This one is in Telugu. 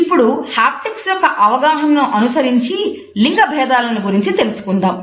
ఇప్పుడు హాప్టిక్స్ యొక్క అవగాహనను అనుసరించి లింగ బేధాలను గురించి తెలుసుకుందాము